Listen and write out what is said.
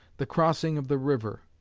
the crossing of the river,